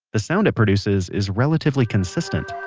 the sound it produces is relatively consistent